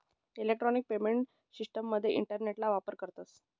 electronic payment शिश्टिमसाठे इंटरनेटना वापर करतस